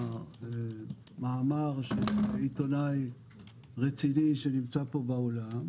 מאמר של עיתונאי רציני שנמצא פה באולם,